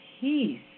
peace